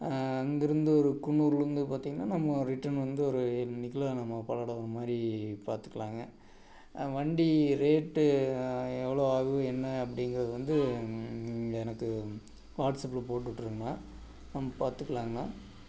அங்கேருந்து ஒரு குன்னூர்லேருந்து பார்த்திங்கனா நம்ம ரிட்டர்ன் வந்து ஒரு ஏழு மணிக்குலாம் நம்ம பல்லடம் வர மாதிரி பார்த்துக்கலாங்க வண்டி ரேட்டு எவ்வளோ ஆகும் என்ன அப்படிங்கறது வந்து நீங்கள் எனக்கு வாட்ஸ்அப்பில் போட்டுவிட்ருங்கண்ணா நம்ம பார்த்துக்கலாங்கண்ணா